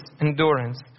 Endurance